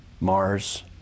Mars